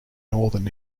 northern